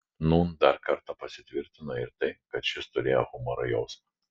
nūn dar kartą pasitvirtino ir tai kad šis turėjo humoro jausmą